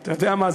אתה יודע מה?